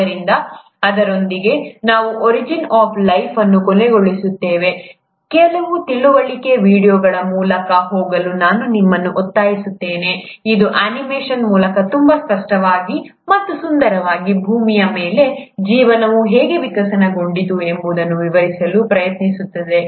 ಆದ್ದರಿಂದ ಅದರೊಂದಿಗೆ ನಾವು ಒರಿಜಿನ್ ಆಫ್ ಲೈಫ್ ಅನ್ನು ಕೊನೆಗೊಳಿಸುತ್ತೇವೆ ಕೆಲವು ತಿಳಿವಳಿಕೆ ವೀಡಿಯೊಗಳ ಮೂಲಕ ಹೋಗಲು ನಾನು ನಿಮ್ಮನ್ನು ಒತ್ತಾಯಿಸುತ್ತೇನೆ ಇದು ಅನಿಮೇಷನ್ ಮೂಲಕ ತುಂಬಾ ಸ್ಪಷ್ಟವಾಗಿ ಮತ್ತು ಸುಂದರವಾಗಿ ಭೂಮಿಯ ಮೇಲೆ ಜೀವನವು ಹೇಗೆ ವಿಕಸನಗೊಂಡಿತು ಎಂಬುದನ್ನು ವಿವರಿಸಲು ಪ್ರಯತ್ನಿಸುತ್ತದೆ